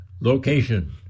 location